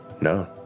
No